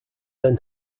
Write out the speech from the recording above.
then